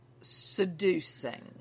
seducing